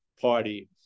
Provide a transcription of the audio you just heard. party